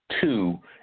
two